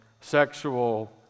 sexual